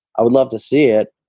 i would love to see it.